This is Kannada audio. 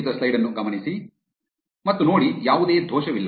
ಮತ್ತು ನೋಡಿ ಯಾವುದೇ ದೋಷವಿಲ್ಲ